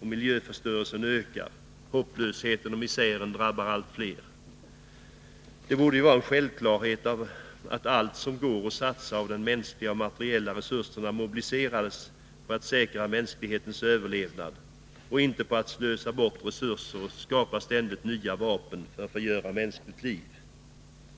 miljöförstörelsen ökar. Hopplösheten och misären drabbar allt fler. Det borde vara en självklarhet att allt som går att satsa av mänskliga och materiella resurser mobiliseras på att säkra mänsklighetens överlevnad och inte på att slösa bort resurser och skapa ständigt nya vapen för att förgöra mänskligt liv.